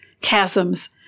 chasms